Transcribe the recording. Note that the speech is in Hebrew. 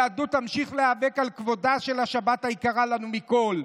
היהדות תמשיך להיאבק על כבודה של השבת היקרה לנו מכול.